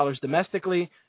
domestically